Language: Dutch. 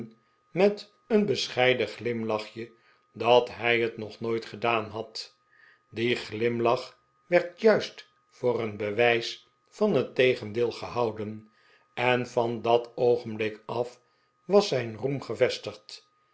met een bescheiden glimlachje dat hij het nog nooit gedaan had die glimlach werd juist voor een bewijs van het tegendeel gehouden en van dat oogenblik af was zijn roem gevestigd